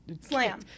Slam